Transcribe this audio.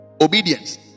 Obedience